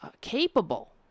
capable